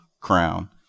crown